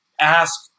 ask